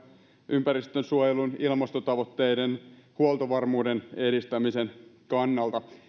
ympäristönsuojelun ilmastotavoitteiden tai huoltovarmuuden edistämisen kannalta